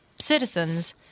citizens